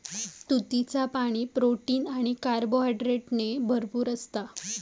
तुतीचा पाणी, प्रोटीन आणि कार्बोहायड्रेटने भरपूर असता